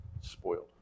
spoiled